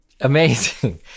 Amazing